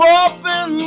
open